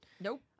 nope